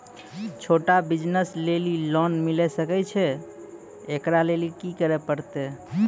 छोटा बिज़नस लेली लोन मिले सकय छै? एकरा लेली की करै परतै